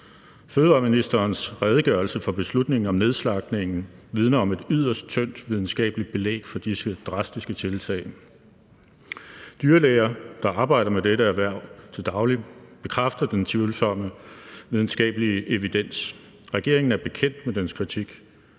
Fødevareministerens redegørelse for beslutningen om nedslagtningen vidner om et yderst tyndt videnskabeligt belæg for disse drastiske tiltag. Dyrlæger, der arbejder med dette erhverv til daglig, bekræfter den tvivlsomme videnskabelige evidens. Regeringen er bekendt med dens kritik,